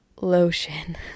lotion